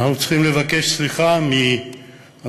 אנחנו צריכים לבקש סליחה מהמשפחות